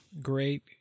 great